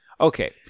Okay